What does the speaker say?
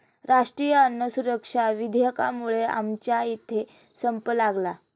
राष्ट्रीय अन्न सुरक्षा विधेयकामुळे आमच्या इथे संप लागला